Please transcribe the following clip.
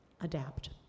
adapt